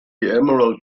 emerald